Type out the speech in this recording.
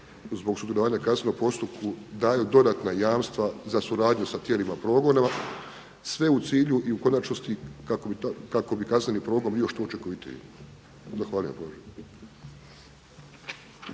zbog sudjelovanja u kaznenom postupku daju dodatna jamstva za suradnju sa tijelima progona, sve u cilju i u konačnosti kako bi kazneni progon bio što učinkovitiji. Zahvaljujem.